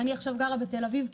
אני עכשיו גרה בתל אביב.